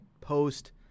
post